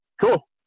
Cool